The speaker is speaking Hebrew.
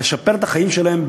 לשפר את החיים שלהם,